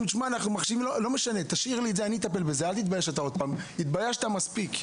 הוא התבייש מספיק.